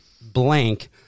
blank